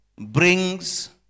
brings